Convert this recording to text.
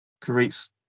creates